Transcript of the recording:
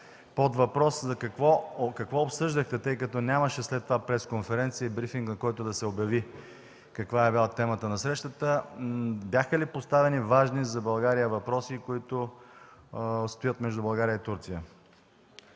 подвъпрос е какво обсъждахте, тъй като след това нямаше пресконференция или брифинг, на който да се обяви каква е била темата на срещата. Бяха ли поставени важни за България въпроси, които стоят между България и Турция?